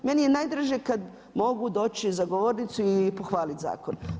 Meni je najdraže kada mogu doći za govornicu i pohvaliti zakon.